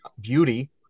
beauty